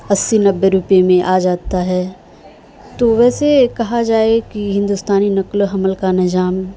اسی نبے روپئے میں آ جاتا ہے تو ویسے کہا جائے کہ ہندوستانی نقل و حمل کا نظام